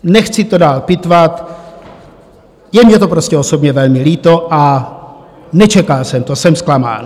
Nechci to dál pitvat, je mně to prostě osobně velmi líto a nečekal jsem to, jsem zklamán.